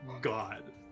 god